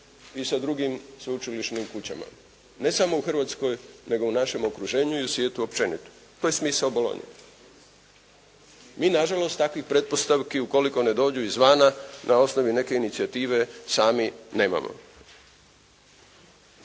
i sa drugim sveučilišnim kućama, ne samo u Hrvatskoj nego u našem okruženju i svijetu općenito, to je smisao bolonje. Mi nažalost takvih pretpostavki ukoliko ne dođu iz vana na osnovi neke incijative sami nemamo.